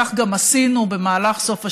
כך גם עשינו במהלך סוף השבוע,